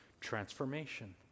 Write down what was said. transformation